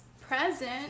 present